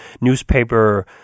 newspaper